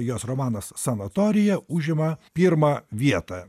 jos romanas sanatorija užima pirmą vietą